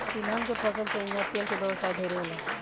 तिलहन के फसल से इहा तेल के व्यवसाय ढेरे होला